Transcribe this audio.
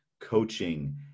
coaching